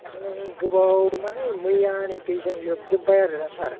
मानि गोबाव मानि मैयानि दैजों लोमजोबबाय आरोना सार